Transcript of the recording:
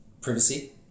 privacy